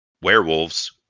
werewolves